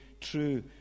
true